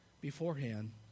beforehand